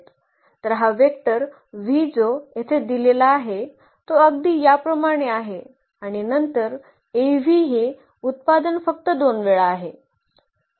तर हा vector v जो येथे दिलेला आहे तो अगदी या प्रमाणे आहे आणि नंतर Av हे उत्पादन फक्त 2 वेळा आहे